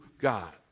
God